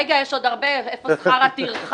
רגע, יש עוד הרבה: איפה שכר הטרחה?